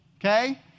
Okay